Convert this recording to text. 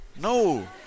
no